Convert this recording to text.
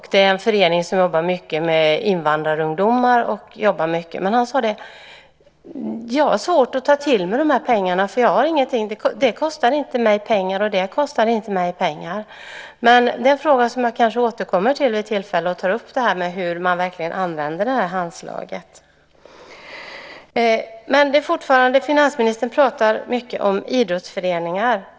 Han är med i en förening som jobbar mycket med invandrarungdomar. Han sade: Jag har svårt att ta till mig de här pengarna, för det kostar inte mig pengar. Men det är en fråga som jag kanske återkommer till vid tillfälle och tar upp, detta med hur man verkligen använder det här handslaget. Finansministern pratar mycket om idrottsföreningar.